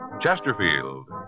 Chesterfield